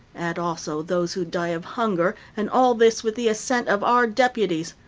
add also those who die of hunger, and all this with the assent of our deputies.